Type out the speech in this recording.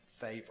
favor